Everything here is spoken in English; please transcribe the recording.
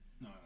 No